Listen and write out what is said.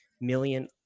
million